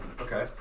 Okay